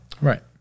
Right